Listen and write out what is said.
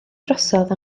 drosodd